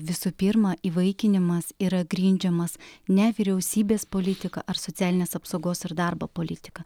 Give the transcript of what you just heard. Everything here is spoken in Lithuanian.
visų pirma įvaikinimas yra grindžiamas ne vyriausybės politika ar socialinės apsaugos ir darbo politika